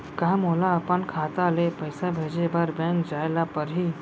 का मोला अपन खाता ले पइसा भेजे बर बैंक जाय ल परही?